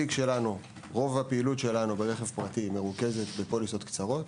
רוב הפעילות שלנו ברכב פרטי מרוכזת בפוליסות קצרות,